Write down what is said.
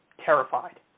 terrified